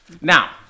Now